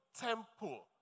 temple